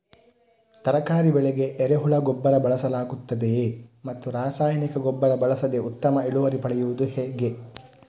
ತರಕಾರಿ ಬೆಳೆಗೆ ಎರೆಹುಳ ಗೊಬ್ಬರ ಬಳಸಲಾಗುತ್ತದೆಯೇ ಮತ್ತು ರಾಸಾಯನಿಕ ಗೊಬ್ಬರ ಬಳಸದೆ ಉತ್ತಮ ಇಳುವರಿ ಪಡೆಯುವುದು ಹೇಗೆ?